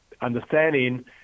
understanding